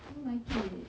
don't like it